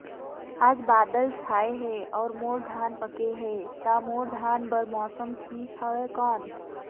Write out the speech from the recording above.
आज बादल छाय हे अउर मोर धान पके हे ता मोर धान बार मौसम ठीक हवय कौन?